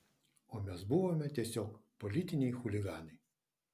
o mes buvome tiesiog politiniai chuliganai